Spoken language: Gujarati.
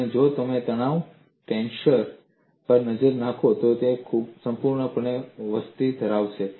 અને જો તમે તણાવ ટેન્સર પર નજર નાખો તો તે સંપૂર્ણપણે વસ્તી ધરાવશે